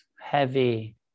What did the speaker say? heavy